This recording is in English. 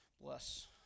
bless